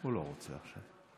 הוא לא רוצה עכשיו.